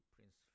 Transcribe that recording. Prince